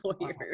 lawyers